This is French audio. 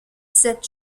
sept